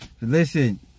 Listen